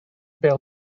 bêl